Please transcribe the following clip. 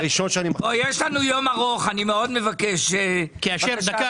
עבור הפרוטוקול